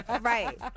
Right